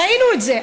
ראינו את זה,